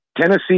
Tennessee